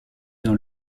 dans